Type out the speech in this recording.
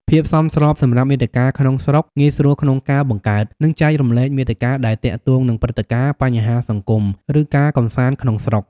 ភាពសមស្របសម្រាប់មាតិកាក្នុងស្រុក ងាយស្រួលក្នុងការបង្កើត និងចែករំលែកមាតិកាដែលទាក់ទងនឹងព្រឹត្តិការណ៍ បញ្ហាសង្គម ឬការកម្សាន្តក្នុងស្រុក។